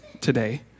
today